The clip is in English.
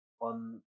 on